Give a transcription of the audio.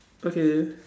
okay